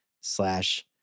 slash